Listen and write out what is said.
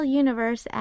universe